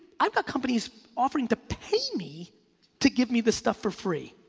i've got companies offering to pay me to give me the stuff for free.